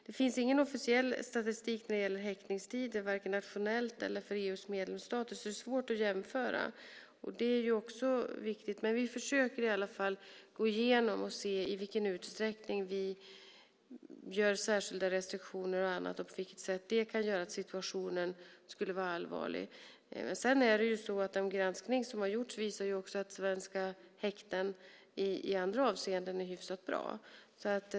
Det finns ingen officiell statistik när det gäller häktningstider, varken nationellt eller för EU:s medlemsstater, så det är svårt att jämföra. Det är också viktigt. Vi försöker i alla fall att gå igenom detta och se i vilken utsträckning vi har särskilda restriktioner och annat och på vilket sätt det kan göra situationen allvarlig. Den granskning som har gjorts visar också att svenska häkten är hyfsat bra i andra avseenden.